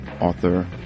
author